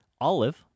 olive